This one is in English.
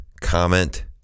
comment